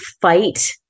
fight